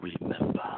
remember